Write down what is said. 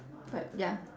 but ya